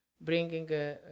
bringing